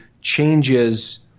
changes